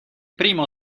primo